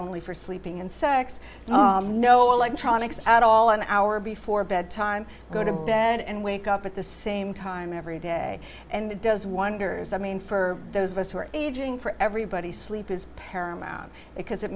only for sleeping and sex no six electronics at all an hour before bed time go to bed and wake up at the same time every day and it does wonders i mean for those of us who are aging for everybody sleep is paramount because it